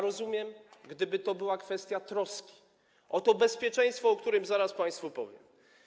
Zrozumiałbym, gdyby to była kwestia troski o to bezpieczeństwo, o którym zaraz państwu powiem.